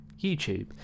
YouTube